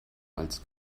als